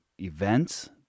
events